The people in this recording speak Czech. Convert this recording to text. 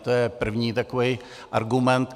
To je první takový argument.